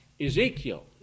Ezekiel